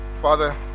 Father